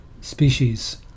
species